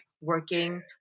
working